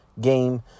game